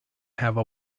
have